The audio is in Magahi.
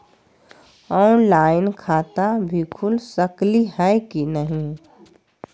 ऑनलाइन खाता भी खुल सकली है कि नही?